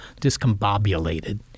discombobulated